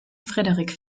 frederik